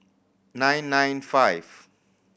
nine nine five